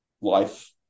life